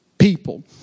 people